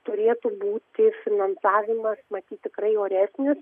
turėtų būti finansavimas matyt tikrai oresnis